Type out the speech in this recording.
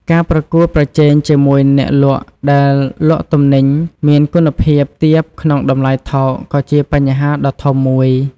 ការប្រកួតប្រជែងជាមួយអ្នកលក់ដែលលក់ទំនិញមានគុណភាពទាបក្នុងតម្លៃថោកក៏ជាបញ្ហាដ៏ធំមួយ។